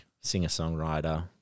singer-songwriter